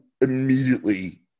immediately